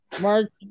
March